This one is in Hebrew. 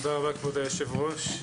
תודה רבה כבוד היושב ראש.